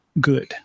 good